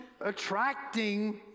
attracting